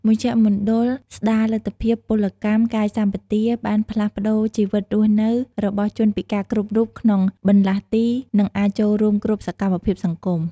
មជ្ឈមណ្ឌលស្តារលទ្ធភាពពលកម្មកាយសម្បទាបានផ្លាស់ប្តូរជីវិតរស់នៅរបស់ជនពិការគ្រប់រូប ក្នុងបម្លាស់ទី និងអាចចូលរួមគ្រប់សកម្មភាពសង្គម។